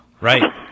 Right